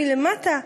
מלמטה,